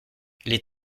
les